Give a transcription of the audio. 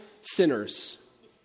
sinners